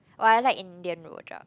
oh I like Indian rojak